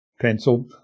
pencil